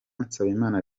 nsabimana